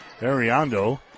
Ariando